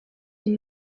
une